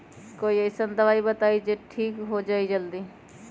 कोई अईसन दवाई बताई जे से ठीक हो जई जल्दी?